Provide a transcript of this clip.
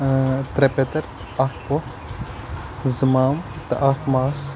ترٛےٚ پیتٕر اَکھ پھۄپھ زٕ مام تہٕ اَکھ ماس